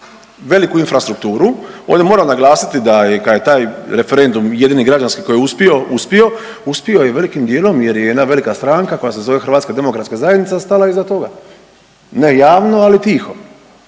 veliku infrastrukturu, ovdje moram naglasiti da je kad je taj referendum jedini građanski koji je uspio, uspio, uspio je velikim dijelom jer je jedna velika stranka koja se zove HDZ stala iza toga. Ne javno, ali tiho